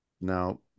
now